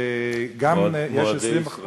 מועדי ישראל.